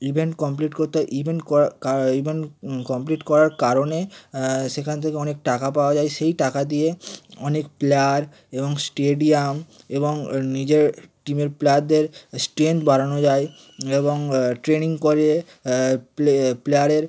event complete করতে হয় event ক কা ইভেন্ট কমপ্লিট করার কারণে সেখান থেকে অনেক টাকা পাওয়া যায় সেই টাকা দিয়ে অনেক প্লেয়ার এবং স্টেডিয়াম এবং নিজের টিমের প্লেয়ারদের স্ট্রেংথ বাড়ানো যায় এবং ট্রেনিং করিয়ে প্লে প্লেয়ারের